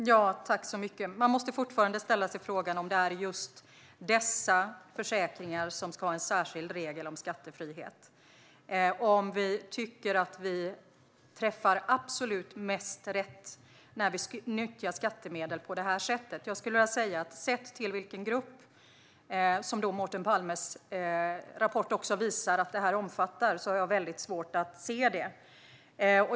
Fru talman! Man måste fortfarande ställa sig frågan om det är just dessa försäkringar som ska ha en särskild regel om skattefrihet. Träffar vi absolut mest rätt när vi nyttjar skattemedel på det här sättet? Sett till vilken grupp som Mårten Palmes rapport visar att det här omfattar har jag väldigt svårt att anse det.